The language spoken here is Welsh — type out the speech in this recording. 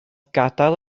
gadael